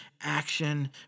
action